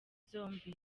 zombi